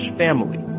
family